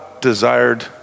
desired